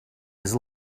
his